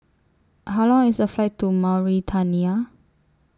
How Long IS The Flight to Mauritania